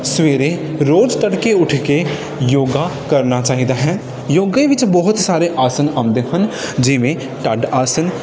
ਸਵੇਰੇ ਰੋਜ਼ ਤੜਕੇ ਉੱਠ ਕੇ ਯੋਗਾ ਕਰਨਾ ਚਾਹੀਦਾ ਹੈ ਯੋਗੇ ਵਿੱਚ ਬਹੁਤ ਸਾਰੇ ਆਸਣ ਆਉਂਦੇ ਹਨ ਜਿਵੇਂ ਢੱਡ ਆਸਣ